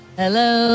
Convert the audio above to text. hello